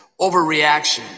overreaction